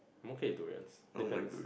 I'm okay with durians depends